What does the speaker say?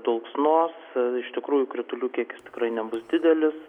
dulksnos iš tikrųjų kritulių kiekis tikrai nebus didelis